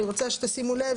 אני רוצה שתשימו לב,